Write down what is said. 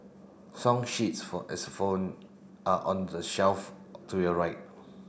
song sheets for are on the shelf to your right